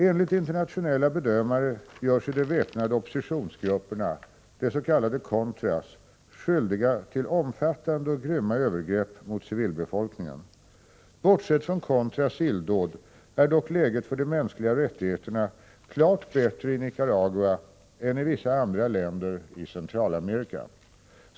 Enligt internationella bedömare gör sig de väpnade oppositionsgrupperna, de s.k. contras, skyldiga till omfattande och grymma övergrepp mot civilbefolkningen. Bortsett från contras illdåd är dock läget för de mänskliga rättigheterna klart bättre i Nicaragua än i vissa andra länder i Centralamerika.